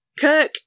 Kirk